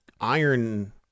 iron